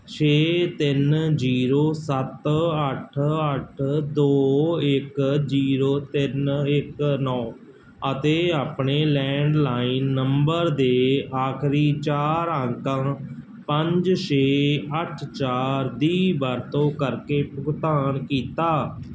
ਛੇ ਤਿੰਨ ਜ਼ੀਰੋ ਸੱਤ ਅੱਠ ਅੱਠ ਦੋ ਇੱਕ ਜ਼ੀਰੋ ਤਿੰਨ ਇੱਕ ਨੌਂ ਅਤੇ ਆਪਣੇ ਲੈਂਡਲਾਈਨ ਨੰਬਰ ਦੇ ਆਖਰੀ ਚਾਰ ਅੰਕਾਂ ਪੰਜ ਛੇ ਅੱਠ ਚਾਰ ਦੀ ਵਰਤੋਂ ਕਰਕੇ ਭੁਗਤਾਨ ਕੀਤਾ